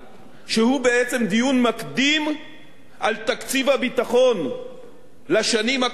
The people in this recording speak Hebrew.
שהוא בעצם דיון מקדים על תקציב הביטחון לשנים הקרובות,